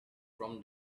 from